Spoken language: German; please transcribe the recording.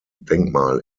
denkmal